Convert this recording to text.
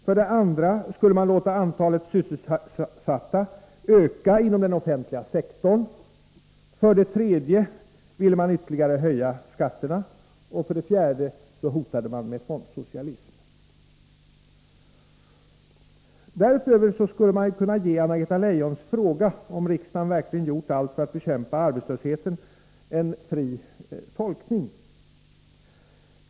För det andra skulle man låta antalet sysselsatta öka inom den offentliga sektorn. För det tredje ville man ytterligare höja skatterna, och för det fjärde hotades med fondsocialism. Därutöver skulle man ju kunna ge Anna-Greta Leijons fråga om riksdagen verkligen gjort allt för att bekämpa arbetslösheten en fri tolkning.